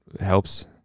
helps